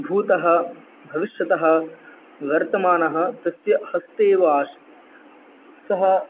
भूतः भविष्यतः वर्तमानः तस्य हस्तेव आसीत् सः